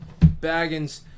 Baggins